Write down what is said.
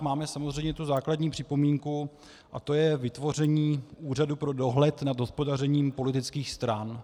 Máme samozřejmě tu základní připomínku, a to je vytvoření úřadu pro dohled nad hospodařením politických stran.